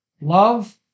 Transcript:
love